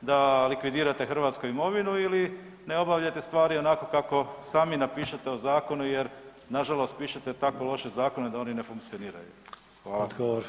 da likvidirate hrvatsku imovinu ili ne obavljate stvari onako kako sami napišete u zakonu jer nažalost pišete tako loše zakone da oni ne funkcioniraju.